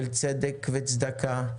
של צדק וצדקה,